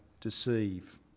deceive